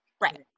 Right